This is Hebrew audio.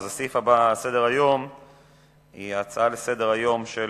הסעיף הבא בסדר-היום הוא הצעות לסדר-היום מס'